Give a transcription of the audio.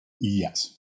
Yes